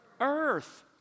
earth